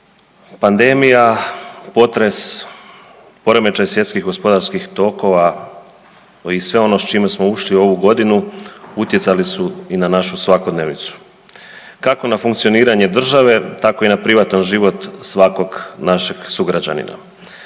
pandemija, potres, poremećaj svjetskih gospodarskih tokova i sve ono s čime smo ušli u ovu godinu utjecali su i na našu svakodnevicu. Kako na funkcioniranje države tako i na privatan život svakog našeg sugrađanina.